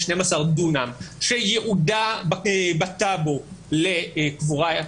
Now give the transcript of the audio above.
של 12 דונם שייעודה בטאבו לקבורה,